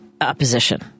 opposition